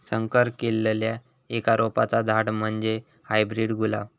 संकर केल्लल्या एका रोपाचा झाड म्हणजे हायब्रीड गुलाब